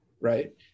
right